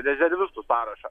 rezervistų sąrašą